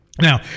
Now